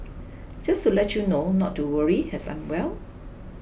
just to let you know not to worry as I'm well